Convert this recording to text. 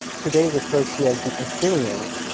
today referred to as the assyrians,